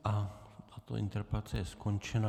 Tato interpelace je skončená.